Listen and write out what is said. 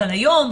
אבל היום,